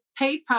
PayPal